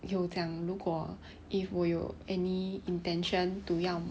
有讲如果 if 我有 any intention to 要